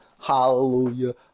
hallelujah